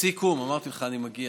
לסיכום, אמרתי לך, אני מגיע,